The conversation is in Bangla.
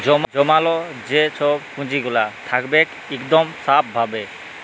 জমাল যে ছব পুঁজিগুলা থ্যাকবেক ইকদম স্যাফ ভাবে